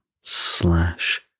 slash